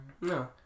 No